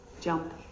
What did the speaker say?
jump